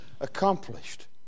accomplished